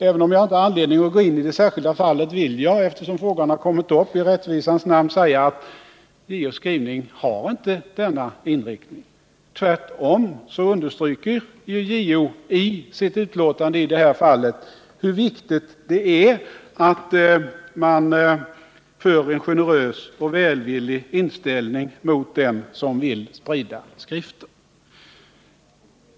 Även om jag inte har anledning att gå in på det särskilda fallet vill jag, eftersom frågan har kommit upp, i rättvisans namn säga att JO:s skrivning inte har denna inriktning. Tvärtom understryker ju JO i detta fall i sitt utlåtande hur viktigt det är att man Kar en generös och välvillig inställning mot den som vill sprida skrifter.